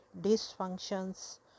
dysfunctions